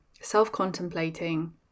self-contemplating